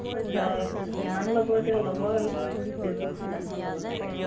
পইচা কিমান ল'ব এতিয়া ল'ব আৰু বিছ ত্ৰিছ লাখমান ল'ব চাগে